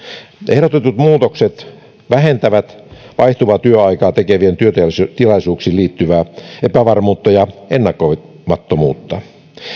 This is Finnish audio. ehdotetut muutokset vähentävät vaihtuvaa työaikaa tekevien työtilaisuuksiin liittyvää epävarmuutta ja ennakoimattomuutta